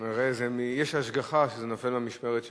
כנראה יש השגחה שזה נופל במשמרת שלי.